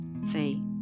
See